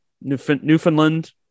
Newfoundland